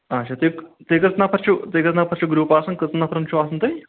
اچھا تُہۍ تُہۍ کٔژ نَفَر چھُو تُہۍ کٔژ نَفَر چھو گروٗپ آسان کٔژن نَفَر چھو آسان تۄہہِ